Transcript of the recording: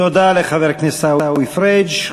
תודה לחבר הכנסת עיסאווי פריג'.